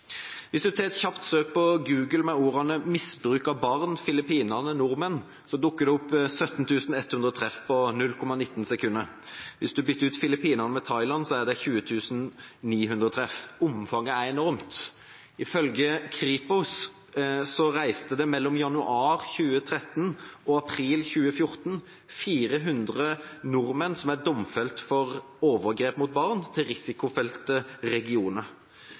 Hvis man tar et kjapt søk på google med ordene «misbruk av barn Filippinene nordmenn», dukker det opp 17 100 treff på 0,19 sekunder. Hvis man bytter ut Filippinene med Thailand, er det 20 900 treff. Omfanget er enormt. Ifølge Kripos reiste det, mellom januar 2013 og april 2014, 400 nordmenn som er domfelt for overgrep mot barn, til risikofylte regioner.